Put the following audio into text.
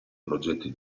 progetti